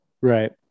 right